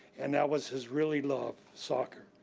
and that was his really love, soccer.